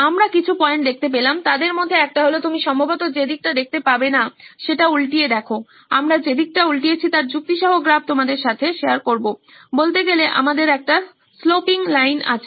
আমরা কিছু পয়েন্ট দেখতে পেলাম তাদের মধ্যে একটা হল তুমি সম্ভবত যে দিকটা দেখতে পাবে না সেটা উল্টিয়ে দেখো আমরা যে দিকটা উল্টিয়েছি তার যুক্তিসহ গ্রাফ তোমাদের সাথে শেয়ার করবো বলতে গেলে আমাদের একটা স্লোপিং লাইন আছে